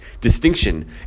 distinction